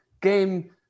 game